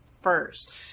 first